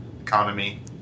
economy